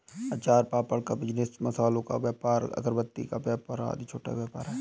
अचार पापड़ का बिजनेस, मसालों का व्यापार, अगरबत्ती का व्यापार आदि छोटा व्यापार है